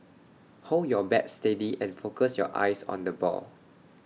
hold your bat steady and focus your eyes on the ball